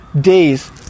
days